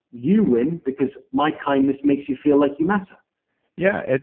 you win because my kindness makes you feel like you matter yeah. and